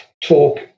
talk